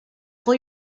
pole